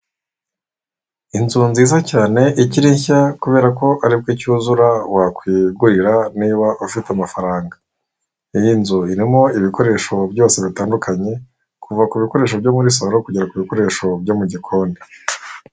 Inzu nziza cyane ikiri nshya kubera ko aribwo icyuzura wakwigurira niba ufite amafaranga, iyi nzu irimo ibikoresho byose bitandukanye kuva kubi bikoresho byo muri saro, kugera ku bikoresho byo mu gikoni.